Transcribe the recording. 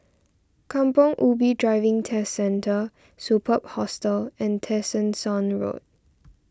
Kampong Ubi Driving Test Centre Superb Hostel and Tessensohn Road